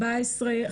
14,